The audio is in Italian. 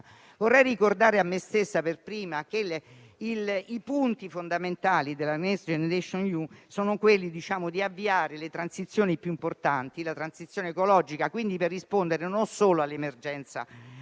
Vorrei ricordare, a me stessa per prima, che i punti fondamentali del Next generation EU sono finalizzati ad avviare le transizioni più importanti, come la transizione ecologica, per rispondere non solo alle emergenze